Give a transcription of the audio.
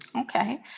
Okay